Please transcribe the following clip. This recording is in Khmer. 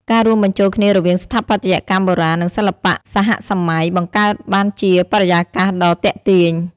ការរួមបញ្ចូលគ្នារវាងស្ថាបត្យកម្មបុរាណ និងសិល្បៈសហសម័យ បង្កើតបានជាបរិយាកាសដ៏ទាក់ទាញ។